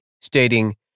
stating